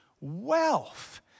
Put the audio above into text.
wealth